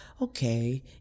okay